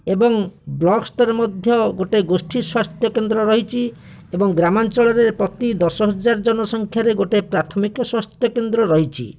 ଏବଂ ବ୍ଲକ୍ ସ୍ତର ମଧ୍ୟ ଗୋଟେ ଗୋଷ୍ଠୀ ସ୍ୱାସ୍ଥ୍ୟକେନ୍ଦ୍ର ରହିଛ ଏବଂ ଗ୍ରାମାଞ୍ଚଳରେ ପ୍ରତି ଦଶ ହଜାର ଜନସଂଖ୍ୟାରେ ଗୋଟେ ପ୍ରାଥମିକ ସ୍ୱାସ୍ଥ୍ୟକେନ୍ଦ୍ର ରହିଛି